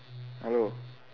hello